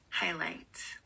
Highlight